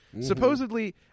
Supposedly